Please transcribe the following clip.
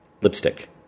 lipstick